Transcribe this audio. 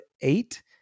eight